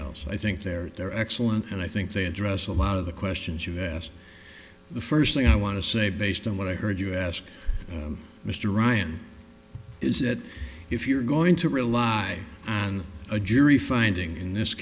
else i think they're they're excellent and i think they address a lot of the questions you've asked the first thing i want to say based on what i've heard you ask mr ryan is that if you're going to rely on a jury finding in this